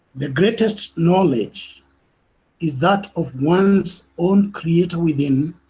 the greatest knowledge is that of one's own creator within,